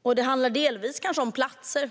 Ibland handlar det kanske delvis om platser,